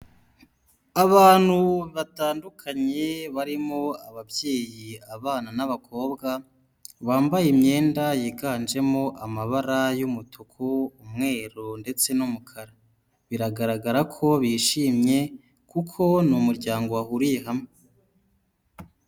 Abantu batandukanye barimo ababyeyi abana n'abakobwa, bambaye imyenda yiganjemo amabara y'umutuku, umweru ndetse n'umukara, biragaragara ko bishimye kuko ni umuryango wahuriye hamwe.